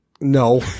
No